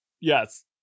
Yes